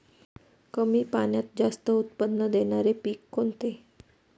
कमी पाण्यात जास्त उत्त्पन्न देणारे पीक कोणते?